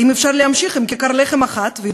האם אפשר להמשיך עם כיכר לחם אחת יותר